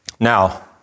Now